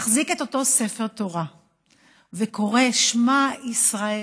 מחזיק את אותו ספר תורה וקורא: שמע ישראל